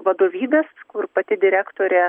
vadovybės kur pati direktorė